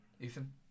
Ethan